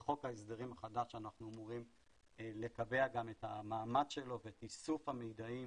בחוק ההסדרים החדש אנחנו אמורים לקבע גם את המעמד שלו ואת איסוף המידעים